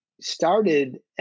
started